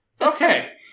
Okay